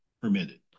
permitted